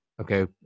Okay